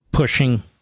Pushing